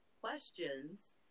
questions